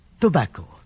Tobacco